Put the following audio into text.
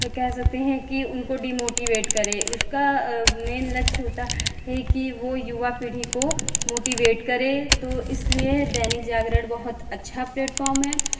कह सकते हैं कि उनको डिमोटीवेट करे उसका मेन लक्ष्य होता है कि वो युवा पीढ़ी को मोटीवेट करे तो इसलिए दैनिक जागरण बहुत अच्छा प्लेटफॉर्म है